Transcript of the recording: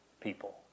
people